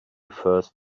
first